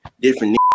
different